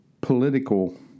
political